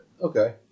Okay